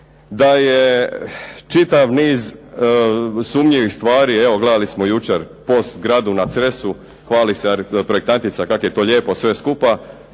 da je čitav niz sumnjivih stvari. Evo gledali smo jučer POS zgradu na Cresu. Hvali se projektantica kako je to lijepo sve skupa,